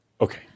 Okay